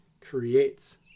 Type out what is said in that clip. creates